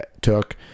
took